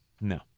no